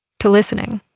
to listening.